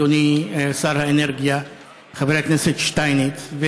אדוני שר האנרגיה חבר הכנסת שטייניץ.